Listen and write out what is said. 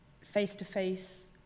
face-to-face